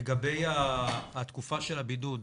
לגבי התקופה של הבידוד,